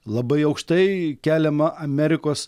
labai aukštai keliama amerikos